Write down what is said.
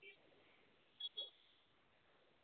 अच्छा